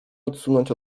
odsunąć